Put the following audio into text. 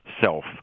self